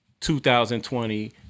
2020